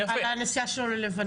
על הנסיעה שלו ללבנון.